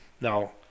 Now